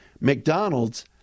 McDonald's